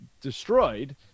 destroyed